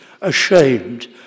ashamed